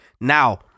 Now